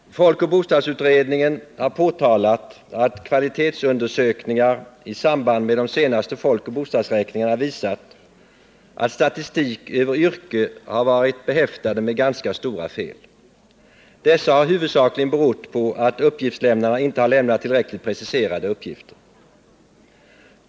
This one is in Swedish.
Folkoch bostadsutredningen har påtalat att kvalitetsundersökningar i samband med de senaste folkoch bostadsräkningarna visat att statistik över yrke har varit behäftad med ganska stora fel. Dessa har huvudsakligen berott på att uppgiftslämnarna inte har lämnat tillräckligt preciserade uppgifter.